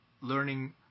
learning